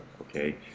okay